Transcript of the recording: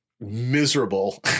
miserable